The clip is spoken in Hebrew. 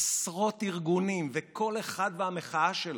עשרות ארגונים וכל אחד והמחאה שלו,